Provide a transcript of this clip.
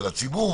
של הציבור